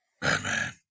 Batman